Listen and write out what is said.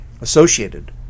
associated